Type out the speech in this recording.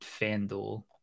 Fanduel